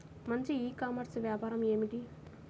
మంచి e commerce వ్యాపారం ఏమిటీ?